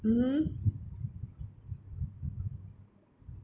mm